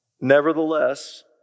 Nevertheless